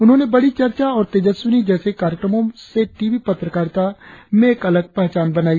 उन्होंने बड़ी चर्चा और तेजस्विनी जैसे कार्यक्रमो से टीवी पत्रिकारिता में एक अलग पहचान बनाई